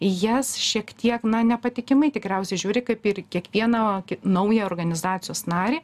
į jas šiek tiek na nepatikimai tikriausia žiūri kaip ir kiekvieną naują organizacijos narį